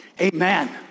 Amen